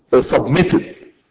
submitted